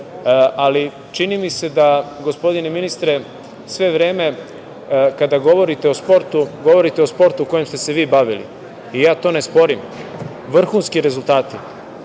ali mi se čini da, gospodine ministre, sve vreme kada govorite o sportu govorite o sportu kojim ste se vi bavili. To ja ne sporim. Vrhunski rezultati. Opet